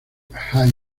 high